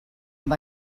amb